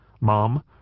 Mom